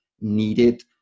needed